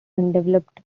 undeveloped